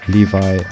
Levi